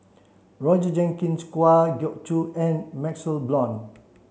Roger Jenkins Kwa Geok Choo and MaxLe Blond